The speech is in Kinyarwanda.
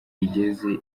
igeze